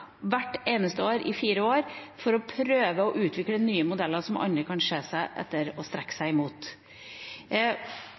hvert eneste år i fire år for å prøve å utvikle nye modeller som andre kan se til og strekke seg